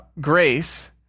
grace